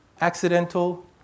accidental